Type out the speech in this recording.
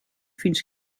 fins